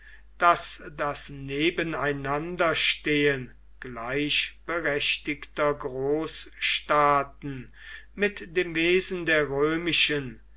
daß das nebeneinanderstehen gleichberechtigter großstaaten mit dem wesen der römischen